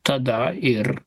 tada ir